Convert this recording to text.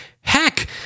Heck